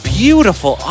beautiful